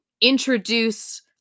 introduce